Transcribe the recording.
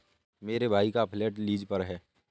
मेरे भाई का फ्लैट लीज पर है